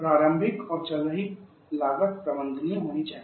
प्रारंभिक और चल रही लागत प्रबंधनीय होनी चाहिए